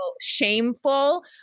shameful